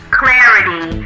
clarity